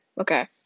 Okay